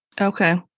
Okay